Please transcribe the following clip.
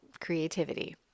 creativity